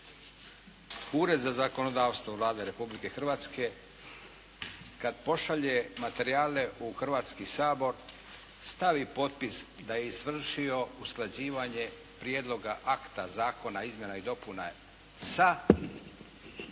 Ured za zakonodavstvo Vlade Republike Hrvatske kad pošalje materijale u Hrvatski sabor stavi potpis da je izvršio usklađivanje prijedloga akta zakona o izmjenama i dopunama sa